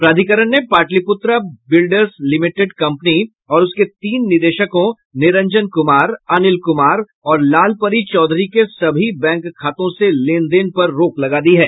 प्राधिकरण ने Pataliputra builders limited company और उसके तीन निदेशकों निरंजन कुमार अनिल कुमार और लालपरी चौधरी के सभी बैंक खातों से लेन देन पर रोक लगा दी है